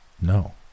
no